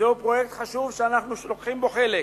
זהו פרויקט חשוב שאנחנו לוקחים בו חלק,